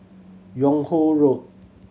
Yung Ho Road